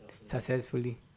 Successfully